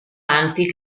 anti